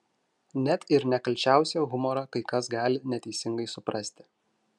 net ir nekalčiausią humorą kai kas gali neteisingai suprasti